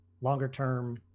longer-term